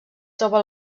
troba